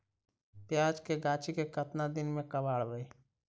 प्याज के गाछि के केतना दिन में कबाड़बै?